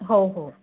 हो हो